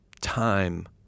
time